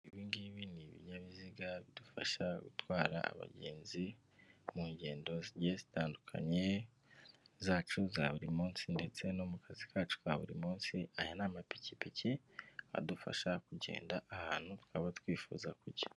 Ibingibi ni ibinyabiziga bidufasha gutwara abagenzi mu ngendo zitandukanye zacu za buri munsi ndetse no mu kazi kacu ka buri munsi aya ni amapikipiki adufasha kugenda ahantukaba twifuza kujya.